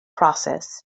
process